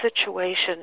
situation